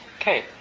Okay